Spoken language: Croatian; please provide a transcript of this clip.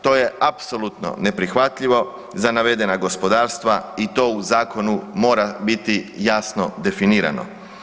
To je apsolutno neprihvatljivo za navedena gospodarstva i to u zakonu mora biti jasno definirano.